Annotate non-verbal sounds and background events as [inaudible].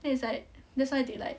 then it's like [noise] that's why they like